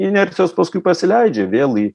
inercijos paskui pasileidžia vėl į